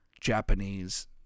Japanese